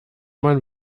man